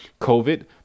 COVID